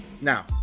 Now